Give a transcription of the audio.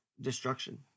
destruction